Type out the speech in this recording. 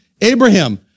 Abraham